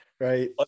right